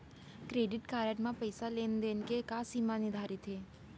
Credit card म पइसा लेन देन के का सीमा निर्धारित हे?